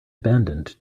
abandoned